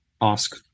Ask